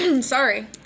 sorry